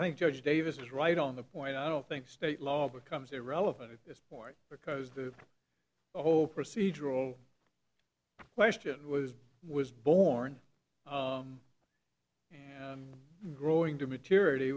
i think judge davis is right on the point i don't think state law becomes irrelevant at this point because the whole procedural question was was born and growing to maturity